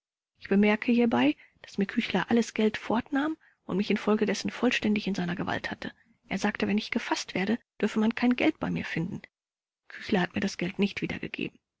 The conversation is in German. ich bemerke hierbei daß mir küchler alles geld fortnahm und mich infolgedessen vollständig in seiner gewalt hatte er sagte wenn ich gefaßt werde dürfe man kein geld bei mir finden küchler hat mir das geld nicht wiedergegeben